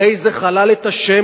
הרי זה חילל את השם,